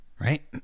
right